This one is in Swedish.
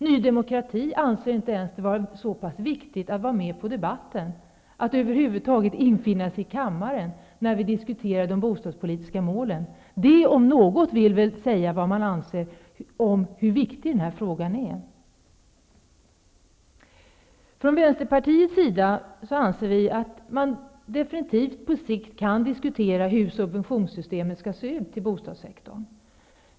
Ny demokratis representant anser det inte ens vara viktigt att vara med i debatten eller att över huvud taget infinna sig i kammaren när vi diskuterar de bostadspolitiska målen. Det om något visar väl vad man anser om den här frågans vikt. Från Vänsterpartiets sida anser vi att man definitivt kan diskutera hur systemet för subventioner till bostadssektorn skall se ut på sikt.